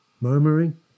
Murmuring